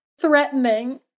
threatening